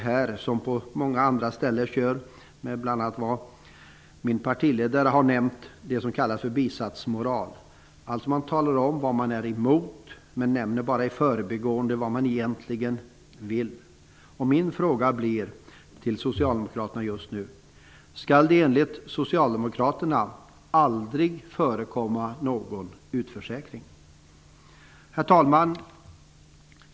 Här som på så många andra ställen kör socialdemokraterna med vad min partiledare har kallat bisatsmoral. Man talar om vad man är emot, men nämner bara i förbigående vad man egentligen vill. Min fråga till socialdemokraterna blir just nu: Skall det enligt socialdemokraterna aldrig förekomma någon utförsäkring? Herr talman!